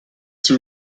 two